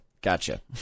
gotcha